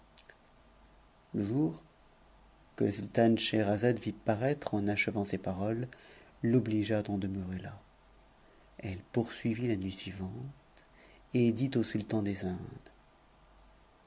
jour que a sultane scheherazade vit paraître en achevant ces rôles l'obligea d'en demeurer à elle poursuivit la nuit suivante f au sultan des indes